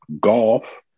golf